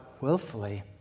willfully